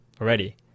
already